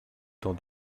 dans